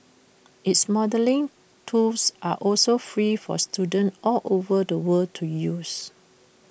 its modelling tools are also free for students all over the world to use